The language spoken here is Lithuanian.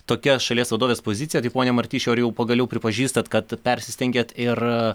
tokia šalies vadovės pozicija tai pone martišiau ar jau pagaliau pripažįstat kad persistengėt ir